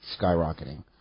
skyrocketing